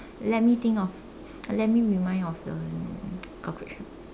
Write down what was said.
let me think of let me remind of the cockroach